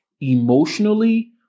emotionally